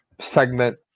segment